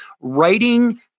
Writing